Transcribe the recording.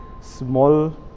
small